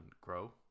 grow